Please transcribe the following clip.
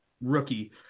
rookie